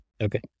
Okay